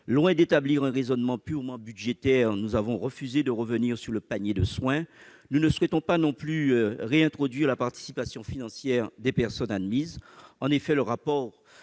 loin de suivre un raisonnement purement budgétaire, nous avons refusé de remettre en cause le panier de soins. Nous ne souhaitons pas non plus réintroduire la participation financière des personnes admises. En effet, dans leur rapport